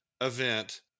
event